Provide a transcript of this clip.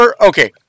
Okay